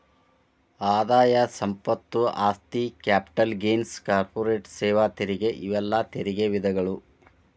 ಆದಾಯ ಸಂಪತ್ತು ಆಸ್ತಿ ಕ್ಯಾಪಿಟಲ್ ಗೇನ್ಸ್ ಕಾರ್ಪೊರೇಟ್ ಸೇವಾ ತೆರಿಗೆ ಇವೆಲ್ಲಾ ತೆರಿಗೆ ವಿಧಗಳು